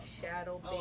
shadow